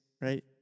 right